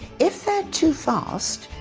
if they're too fast,